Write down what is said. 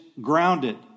grounded